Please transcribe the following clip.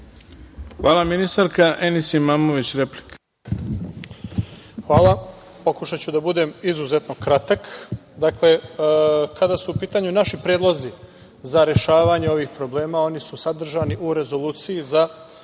replika. **Enis Imamović** Hvala. Pokušaću da bude izuzetno kratak. Dakle, kada su u pitanju naši predlozi za rešavanje ovih problema, oni su sadržani u rezoluciji za